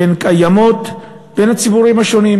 שהן קיימות בין הציבורים השונים,